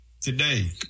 today